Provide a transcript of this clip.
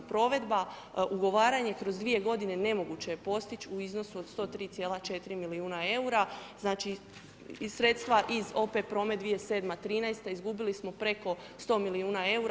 Provedba, ugovaranje kroz 2 godine nemoguće je postić u iznosu od 103,4 milijuna eura znači i sredstva iz OP prome 2007. '13. izgubili smo preko 100 milijuna eura.